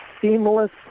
Seamless